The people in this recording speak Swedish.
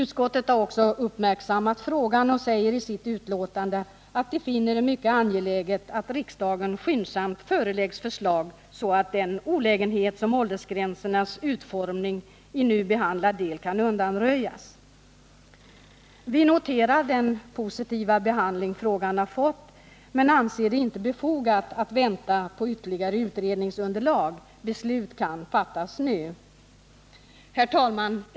Utskottet har också uppmärksammat denna fråga och säger i betänkandet: ”Utskottet finner det mycket angeläget att riksdagen skyndsamt föreläggs förslag så att den olägenhet som åldersgränsernas utformning i nu behandlad del utgör kan undanröjas.” Vi noterar den positiva behandling frågan fått men anser det inte befogat att vänta på ytterligare utredningsunderlag. Beslut kan fattas nu. Herr talman!